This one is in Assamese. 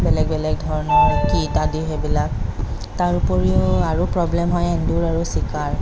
বেলেগ বেলেগ ধৰণৰ কীট আদি সেইবিলাক তাৰউপৰিও আৰু প্ৰৱ্লেম হয় এন্দুৰ আৰু চিকাৰ